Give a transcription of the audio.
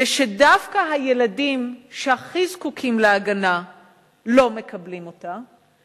היא שדווקא הילדים שהכי זקוקים להגנה לא מקבלים אותה,